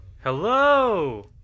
hello